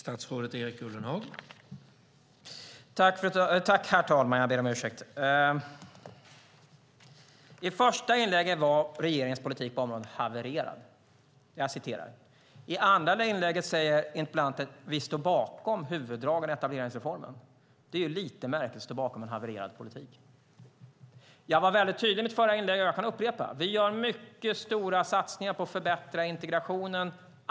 Herr talman! I första inlägget hade regeringens politik på området havererat. I andra inlägget säger interpellanten: Vi står bakom huvuddragen i etableringsreformen. Det är lite märkligt att stå bakom en havererad politik. Jag var väldigt tydlig i mitt förra inlägg, och jag kan upprepa det. Vi gör mycket stora satsningar på att förbättra integrationen.